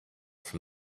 from